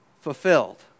fulfilled